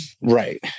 Right